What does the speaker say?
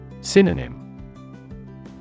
Synonym